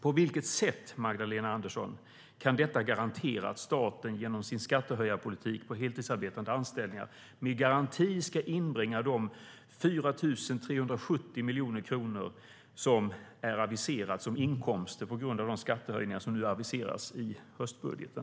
På vilket sätt, Magdalena Andersson, kan detta garantera att staten genom sin skattehöjarpolitik på heltidsanställningar ska inbringa de 4 370 miljoner kronor i inkomster på grund av de skattehöjningar som nu aviseras i höstbudgeten?